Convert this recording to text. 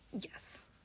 Yes